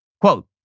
Quote